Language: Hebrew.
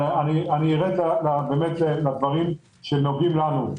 אגיע לדברים שנוגעים לנו,